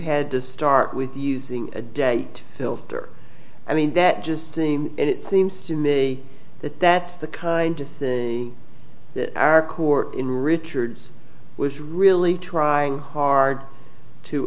had to start with using a date filter i mean that just seems it seems to me that that's the kind of thing that our court in richard's was really trying hard to